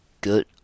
good